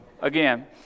again